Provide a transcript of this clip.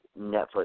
Netflix